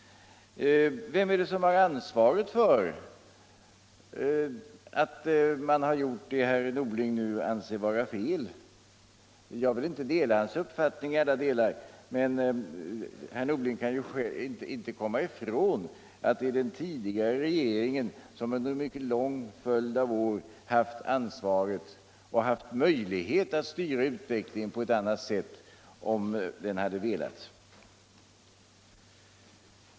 Vem är det som har ansvaret för att man har gjort det som herr Norling nu anser vara fel? Jag vill inte dela hans uppfattning på alla punkter, men herr Norling kan väl inte komma ifrån att det är den tidigare regeringen som under en mycket lång följd av år har haft ansvaret och har haft möjlighet att styra utvecklingen på ett annat sätt om den hade velat.